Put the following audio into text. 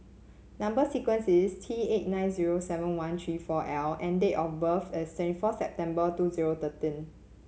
number sequence is T eight nine zero seven one three four L and date of birth is twenty four September two zero thirteen